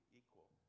equal